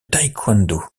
taekwondo